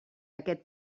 aquest